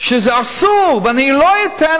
שזה אסור ואני לא אתן